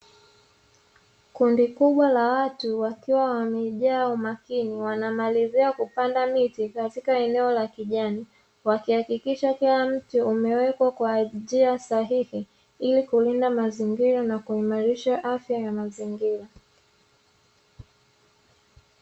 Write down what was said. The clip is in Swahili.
Kundi kubwa la watu wakiwa wamejaa umakini wanamalizia kupanda miti katika eneo la kijani, wakihakikisha kila mti umewekwa kwa njia sahihi, ili kulinda mazingira na kuimarisha afya ya mazingira.